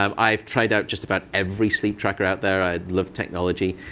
um i've tried out just about every sleep tracker out there. i love technology.